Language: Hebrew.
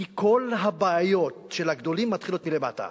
כי כל הבעיות של הגדולים מתחילות מלמטה,